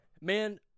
Man